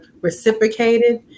reciprocated